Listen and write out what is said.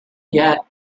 yet